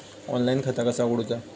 Online खाता कसा उगडूचा?